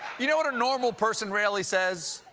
you know what a normal person rarely says?